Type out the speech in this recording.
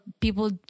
people